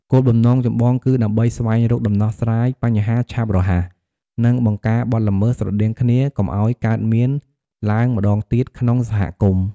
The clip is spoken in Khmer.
គោលបំណងចម្បងគឺ ដើម្បីស្វែងរកដំណោះស្រាយបញ្ហាឆាប់រហ័ស និងបង្ការបទល្មើសស្រដៀងគ្នាកុំឲ្យកើតមានឡើងម្តងទៀតក្នុងសហគមន៍។